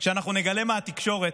שאנחנו נגלה מהתקשורת